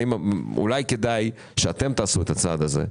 אולי כדאי שאתם תעשו את הצעד הזה.